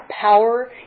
power